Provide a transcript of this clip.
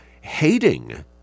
hating